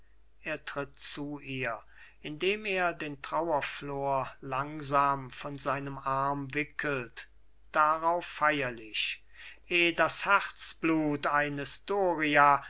er tritt zu ihr indem er den trauerflor langsam von seinem arm wickelt darauf feierlich eh das herzblut eines doria